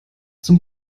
zum